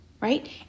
right